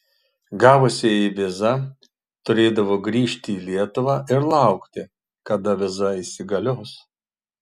gavusieji vizą turėdavo grįžti į lietuvą ir laukti kada viza įsigalios